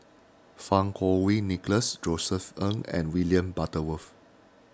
Fang Kuo Wei Nicholas Josef Ng and William Butterworth